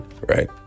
right